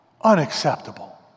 Unacceptable